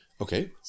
Okay